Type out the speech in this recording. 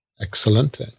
Excellent